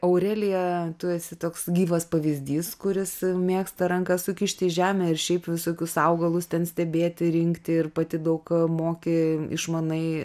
aurelija tu esi toks gyvas pavyzdys kuris mėgsta rankas sukišti į žemę ir šiaip visokius augalus ten stebėti rinkti ir pati daug moki išmanai